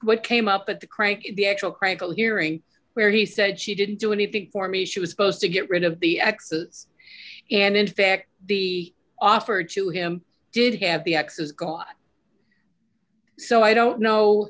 what came up at the crank at the actual critical hearing where he said she didn't do anything for me she was supposed to get rid of the axis and in fact the offer to him did have the ax is gone so i don't know